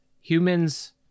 Humans